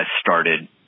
started